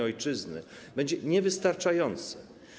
Ojczyzny będzie niewystarczające.